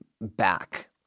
back